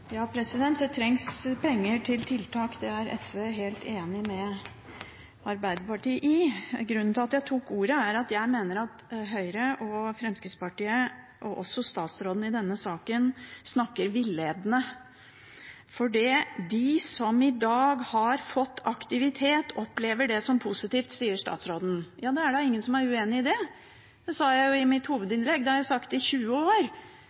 SV helt enig med Arbeiderpartiet i. Grunnen til at jeg tok ordet, er at jeg mener at Høyre og Fremskrittspartiet – og også statsråden – snakker villedende i denne saken. De som i dag har fått aktivitet, opplever det som positivt, sier statsråden. Ja, det er da ingen som er uenig i det. Det sa jeg jo i mitt hovedinnlegg, og det har jeg sagt i 20 år: